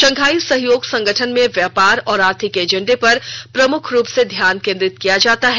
Shanghai सहयोग संगठन में व्यापार और आर्थिक एजेंडे पर प्रमुख रूप से ध्यान केंद्रित किया जाता है